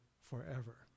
forever